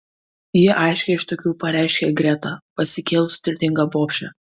ji aiškiai iš tokių pareiškė greta pasikėlus turtinga bobšė